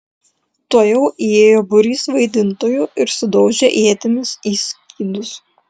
tuojau įėjo būrys vaidintojų ir sudaužė ietimis į skydus